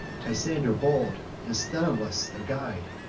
tysander bold, and sthenelus their guide,